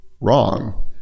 wrong